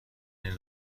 این